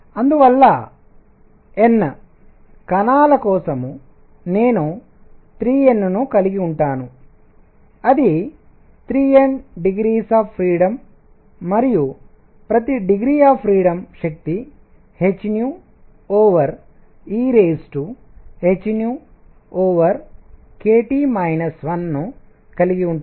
అందువల్ల N కణాల కోసం నేను 3 N ను కలిగి ఉంటాను అది 3 N డిగ్రీస్ ఆఫ్ ఫ్రీడమ్ మరియు ప్రతి డిగ్రీ ఆఫ్ ఫ్రీడమ్ శక్తి hehkT 1ను కలిగి ఉంటుంది